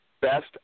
best